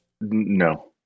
No